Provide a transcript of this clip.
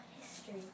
history